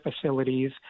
facilities